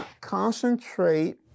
concentrate